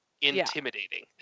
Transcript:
intimidating